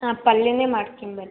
ಹಾಂ ಪಲ್ಯನೆ ಮಾಡ್ಕೊಂಡು ಬನ್ನಿ